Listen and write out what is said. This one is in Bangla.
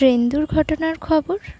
ট্রেন দুর্ঘটনার খবর